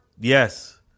Yes